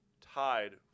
tied